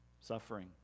suffering